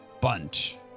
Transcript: bunch